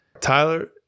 Tyler